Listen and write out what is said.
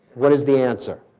what is the answer?